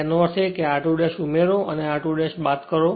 તેનો અર્થ એ કે r2 ઉમેરો અને r2 બાદ કરો